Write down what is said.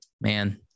Man